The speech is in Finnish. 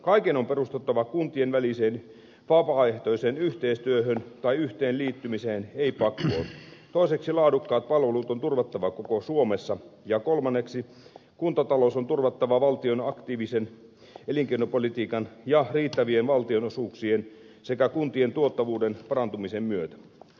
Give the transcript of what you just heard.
kaiken on perustuttava kuntien väliseen vapaehtoiseen yhteistyöhön tai yhteenliittymiseen ei pakkoon toiseksi laadukkaat palvelut on turvattava koko suomessa ja kolmanneksi kuntatalous on turvattava valtion aktiivisen elinkeinopolitiikan ja riittävien valtionosuuksien sekä kuntien tuottavuuden parantumisen myötä